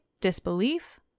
Disbelief